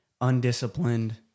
undisciplined